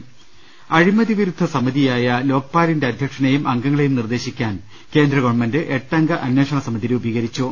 ്്്്്്് അഴിമതി വിരുദ്ധസമിതിയായ ലോക്പാലിന്റെ അധ്യക്ഷനെയും അംഗങ്ങളെയും നിർദ്ദേശിക്കാൻ കേന്ദ്ര ഗവൺമെന്റ് എട്ടംഗ അന്വേഷണസമിതി രൂപീകരിച്ചു